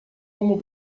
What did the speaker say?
como